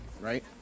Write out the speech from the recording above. right